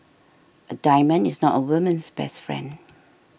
a diamond is not a woman's best friend